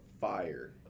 fire